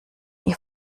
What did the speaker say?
ihr